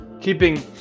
keeping